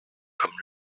comme